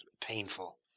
painful